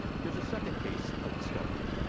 here's a second case of discovery.